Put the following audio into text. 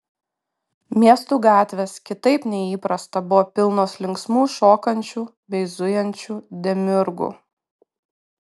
miestų gatvės kitaip nei įprasta buvo pilnos linksmų šokančių bei zujančių demiurgų